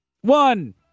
One